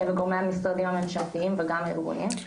וגורמי המשרדים הממשלתיים וגם הארגונים,